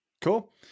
Cool